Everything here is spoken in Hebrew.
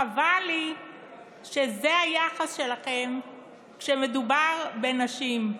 חבל לי שזה היחס שלכם כשמדובר בנשים,